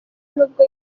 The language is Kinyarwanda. nubwo